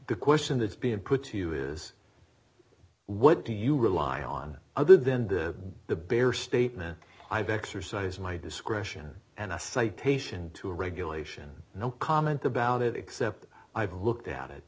the question that's been put to you is what do you rely on other than the the bare statement i've exercised my discretion and a citation to regulation no comment about it except i've looked at it